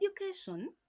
education